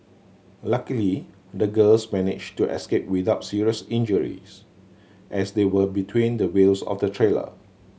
luckily the girls managed to escape without serious injuries as they were between the wheels of the trailer